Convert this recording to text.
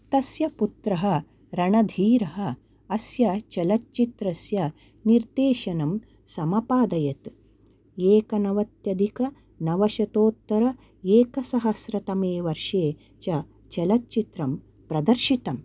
तस्य पुत्रः रणधीरः अस्य चलच्चित्रस्य निर्देशनं समपादयत् एकनवत्यादिकनवशतोत्तर एक सहस्रतमे वर्षे च चलच्चित्रं प्रदर्शितम्